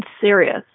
serious